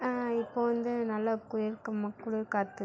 இப்போது வந்து நல்ல குளிர் காற்று